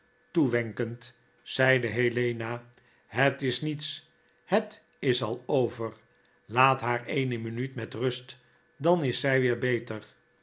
toewenkend zeide helena het is niets het is al over laat haar eene minuut met rust dan is zij weer beter